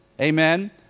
Amen